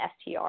STR